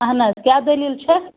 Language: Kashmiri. اہن حظ کیاہ دٔلیٖل چھےٚ